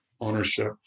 ownership